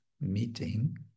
meeting